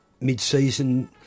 mid-season